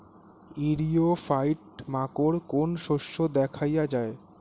ইরিও ফাইট মাকোর কোন শস্য দেখাইয়া যায়?